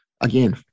Again